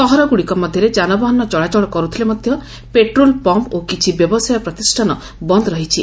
ସହରଗୁଡ଼ିକ ମଧରେ ଯାନବାହାନ ଚଳାଚଳ କରୁଥିଲେ ମଧ ପେଟ୍ରୋଲ୍ ପମ୍ମ ଓ କିଛି ବ୍ୟବସାୟ ପ୍ରତିଷ୍ଷାନ ବନ୍ଦ ରହିଛି